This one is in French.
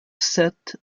sept